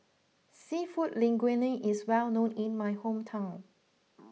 Seafood Linguine is well known in my hometown